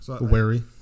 wary